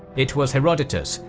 it was herodotus,